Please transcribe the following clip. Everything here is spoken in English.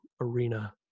arena